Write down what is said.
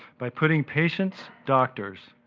by putting patients, doctors,